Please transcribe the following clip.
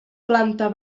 planta